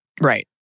Right